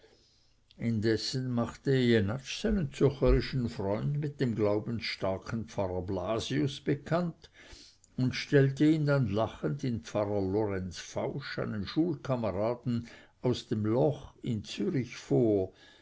indessen machte jenatsch seinen zürcherischen freund mit dem glaubensstarken pfarrer blasius bekannt und stellte ihm dann lachend in pfarrer lorenz fausch einen schulkameraden aus dem loch in zürich vor